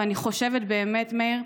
ואני חושבת באמת, מאיר,